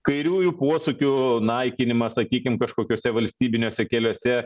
kairiųjų posūkių naikinimas sakykim kažkokiuose valstybiniuose keliuose